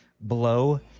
blow